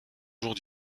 jours